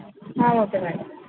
okay madam